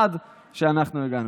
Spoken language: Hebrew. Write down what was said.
עד שאנחנו הגענו.